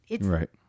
Right